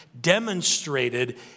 demonstrated